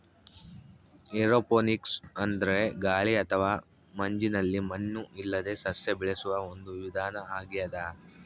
aeroponics ಅಂದ್ರೆ ಗಾಳಿ ಅಥವಾ ಮಂಜಿನಲ್ಲಿ ಮಣ್ಣು ಇಲ್ಲದೇ ಸಸ್ಯ ಬೆಳೆಸುವ ಒಂದು ವಿಧಾನ ಆಗ್ಯಾದ